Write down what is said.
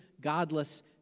godless